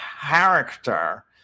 character